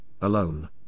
alone